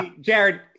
Jared